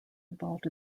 involved